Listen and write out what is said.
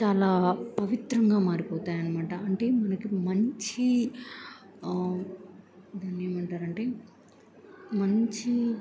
చాలా పవిత్రంగా మారిపోతాయి అనమాట అంటే మనకి మంచి దాన్ని ఏమంటారు అంటే మంచి